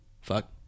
fuck